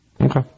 Okay